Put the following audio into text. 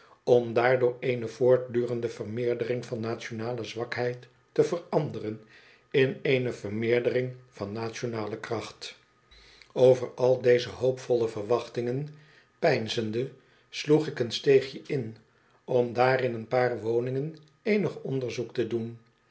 om daardoor eeno voortdurende vermeerdering van nationale zwakheid te veranderen in eene vermeerdering van nationale kracht over al deze hoopvolle verwachtingen peinzende sloeg ik een steegje in om daar in een paar woningen eenig onderzoek te doen